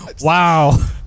Wow